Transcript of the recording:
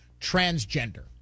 transgender